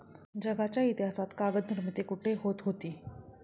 जगाच्या इतिहासात कागद निर्मिती कुठे होत होती?